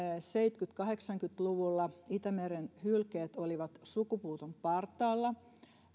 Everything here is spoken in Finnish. seitsemänkymmentä viiva kahdeksankymmentä luvulla itämeren hylkeet olivat sukupuuton partaalla